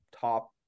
top